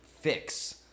fix